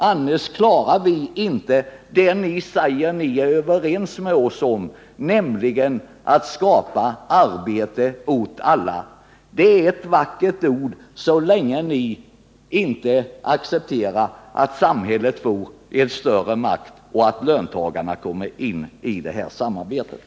Annars klarar vi inte detta som ni säger att ni är överens med oss om, nämligen att skapa arbete åt alla. Det är bara vackra ord så länge ni inte accepterar att samhället får större makt och att löntagarna kommer in i samarbetet.